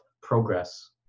progress